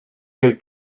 quel